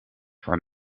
voor